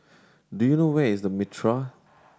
do you know where is The Mitraa